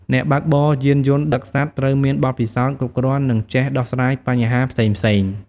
អ្នកបើកបរយានយន្តដឹកសត្វ ត្រូវមានបទពិសោធន៍គ្រប់គ្រាន់ និងចេះដោះស្រាយបញ្ហាផ្សេងៗ។